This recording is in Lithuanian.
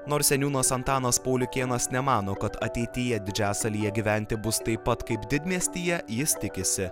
nors seniūnas antanas pauliukėnas nemano kad ateityje didžiasalyje gyventi bus taip pat kaip didmiestyje jis tikisi